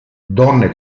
donne